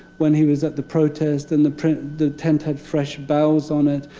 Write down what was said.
when he was at the protest. and the tent the tent had fresh boughs on it.